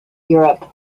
europe